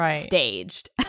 staged